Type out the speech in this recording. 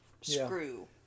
screw